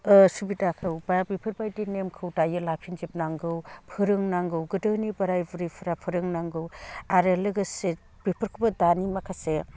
सुबिदाखौ बा बेफोरबायदि नेमखौ दायो लाफिनजोबननांगौ फोरोंनांगौ गोदोनि बोराय बुरैफोरा फोरोंनांगौ आरो लोगोसे बेफोरखौबो दानि माखासे